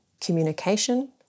communication